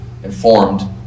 Informed